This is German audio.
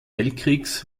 weltkriegs